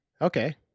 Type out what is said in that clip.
Okay